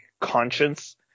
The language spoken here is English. conscience